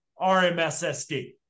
RMSSD